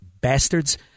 bastards